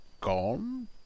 gone